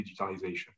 digitalization